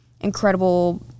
incredible